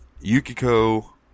Yukiko